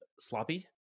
sloppy